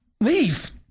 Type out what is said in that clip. Leave